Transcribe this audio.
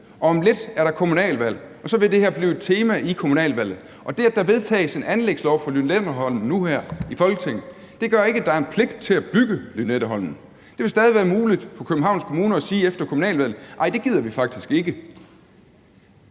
Om lidt er der kommunalvalg, og så vil det her blive et tema i kommunalvalget. Det, at der vedtages en anlægslov for Lynetteholm nu her i Folketinget, gør ikke, at der er en pligt til at bygge Lynetteholmen. Det vil stadig være muligt for Københavns Kommune at sige efter kommunalvalget: Ej, det gider vi faktisk ikke.